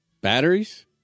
Batteries